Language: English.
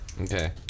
Okay